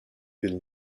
will